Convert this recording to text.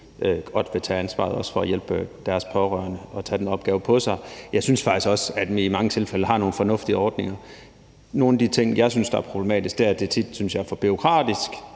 godt vil tage ansvaret for at hjælpe deres pårørende og tage den opgave på sig. Jeg synes faktisk også, at vi i mange tilfælde har nogle fornuftige ordninger. Nogle af de ting, jeg synes er problematiske, er, at det tit er for bureaukratisk